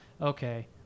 okay